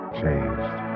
changed